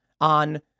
on